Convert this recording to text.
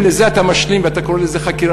אם עם זה אתה משלים ואתה קורא לזה חקירה,